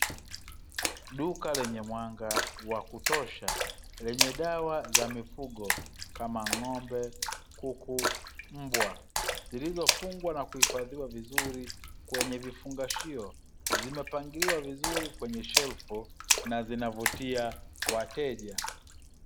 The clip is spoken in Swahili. Duka lenye mwanga wa kutosha, lenye dawa za mifugo kama; ng'ombe, kuku, mbwa, zilizofungwa na kuhifadhiwa kwenye vifungashio, zimepangiliwa vizuri kwenye shelfu na zinavutia wateja.